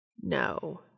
No